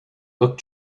look